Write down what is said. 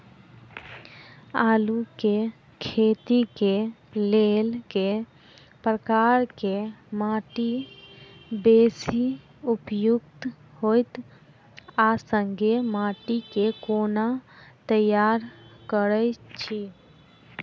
आलु केँ खेती केँ लेल केँ प्रकार केँ माटि बेसी उपयुक्त होइत आ संगे माटि केँ कोना तैयार करऽ छी?